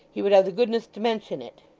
he would have the goodness to mention it.